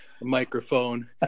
microphone